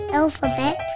alphabet